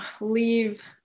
leave